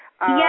Yes